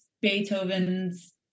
Beethoven's